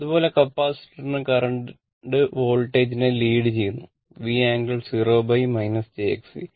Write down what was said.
അതുപോലെ കപ്പാസിറ്ററിന് കറന്റ് വോൾട്ടേജിനെ ലീഡ് ചെയ്യുന്നു V ∟0 jXC